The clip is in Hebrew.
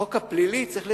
החוק הפלילי צריך לדייק.